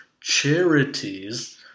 charities